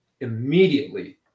immediately